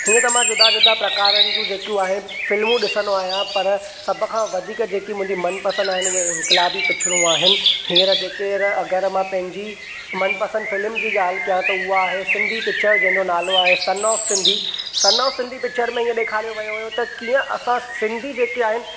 हीअं त मां जुदा जुदा प्रकारनि जूं जेकियूं आहे फिल्मूं ॾिसंदो आहियां पर सभ खां वधीक जेकी मुंहिंजी मनपसंद आहिनि उहे इंक्लाबी पिक्चरूं आहिनि हीअंर जेकर अगर मां पंहिंजी मनपसंद फिल्म जी ॻाल्हि कयां त उहा आहे सिंधी पिक्चर जंहिं जो नालो आहे son of Sindhi son of Sindhi picture में इहो ॾेखारियो वयो हुयो त कीअं असां सिंधी जेके आहिनि